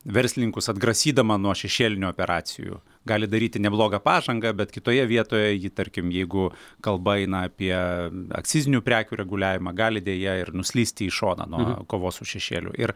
verslininkus atgrasydama nuo šešėlinių operacijų gali daryti neblogą pažangą bet kitoje vietoje ji tarkim jeigu kalba eina apie akcizinių prekių reguliavimą gali deja ir nuslysti į šoną nuo kovos su šešėliu ir